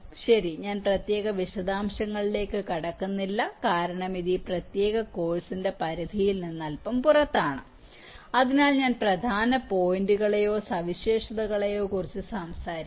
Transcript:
ശരി ഞാൻ പ്രത്യേക വിശദാംശങ്ങളിലേക്ക് കടക്കുന്നില്ല കാരണം ഇത് ഈ പ്രത്യേക കോഴ്സിന്റെ ഈ പരിധിയിൽ നിന്ന് അല്പം പുറത്താണ് എന്നാൽ ഞാൻ പ്രധാന പോയിന്റുകളേയോ സവിശേഷതകളേയോ കുറിച്ച് സംസാരിക്കും